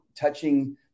touching